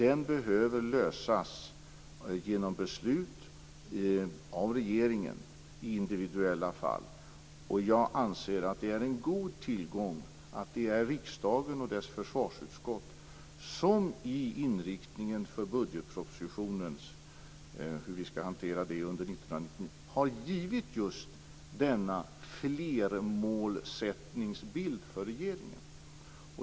En sådan inriktning behöver beslutas av regeringen i individuella fall. Jag anser att det är en tillgång att det är riksdagen och dess försvarsutskott som i inriktningen för hur budgetpropositionen skall hanteras under 1999 har givit just denna flermålsättningsbild för regeringen.